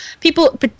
people